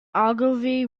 ogilvy